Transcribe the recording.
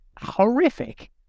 horrific